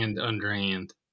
underhand